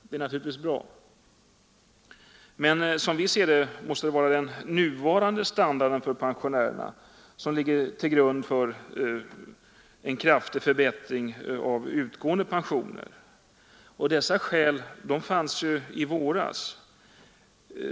Det är naturligtvis bra, men som vi ser det måste pensionärernas standard förbättras genom en kraftig höjning av utgående pensioner.